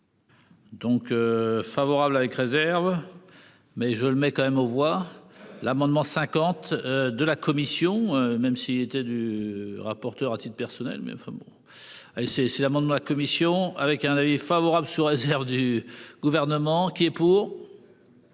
Donc. Favorable avec réserve. Mais je le mets quand même aux voix l'amendement 50 de la commission, même s'il était du rapporteur à titre personnel mais enfin bon. C'est c'est l'amendement la commission avec un avis favorable sous réserve du gouvernement qui est pour.--